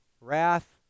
wrath